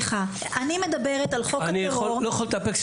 אני לא יכול להתאפק.